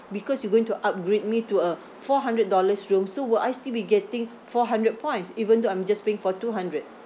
because you going to upgrade me to a four hundred dollars room so will I still be getting four hundred points even though I'm just paying for two hundred